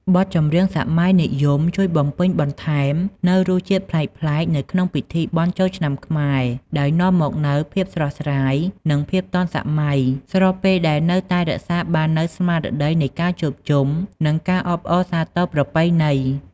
បទចម្រៀងសម័យនិយមជួយបំពេញបន្ថែមនូវរសជាតិប្លែកៗនៅក្នុងពិធីបុណ្យចូលឆ្នាំខ្មែរ ដោយនាំមកនូវភាពស្រស់ស្រាយ និងភាពទាន់សម័យ ស្របពេលដែលនៅតែរក្សាបាននូវស្មារតីនៃការជួបជុំ និងការអបអរសាទរប្រពៃណី។